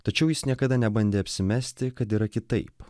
tačiau jis niekada nebandė apsimesti kad yra kitaip